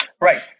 right